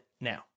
now